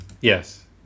Yes